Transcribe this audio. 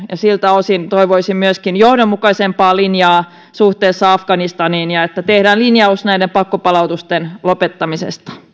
ja siltä osin toivoisin johdonmukaisempaa linjaa suhteessa afganistaniin ja että tehdään linjaus näiden pakkopalautusten lopettamisesta